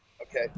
okay